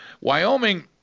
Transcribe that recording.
Wyoming